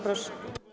Proszę.